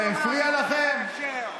זה הפריע לכם?